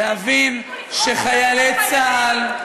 להבין שחיילי צה"ל,